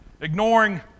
ignoring